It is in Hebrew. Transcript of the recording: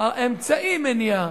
אמצעי מניעה.